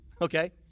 okay